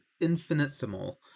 infinitesimal